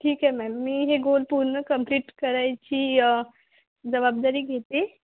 ठीक आहे मॅम मी हे गोल पूर्ण कंप्लीट करायची जबाबदारी घेते